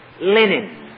linen